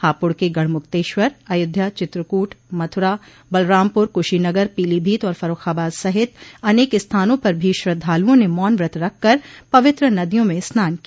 हापुड़ के गढ़मुक्तेश्वर अयोध्या चित्रकूट मथुरा बलरामपुर कुशीनगर पीलीभीत और फर्रूखाबाद सहित अनेक स्थानों पर भी श्रद्धालुओं ने मौन व्रत रखकर पवित्र नदियों में स्नान किया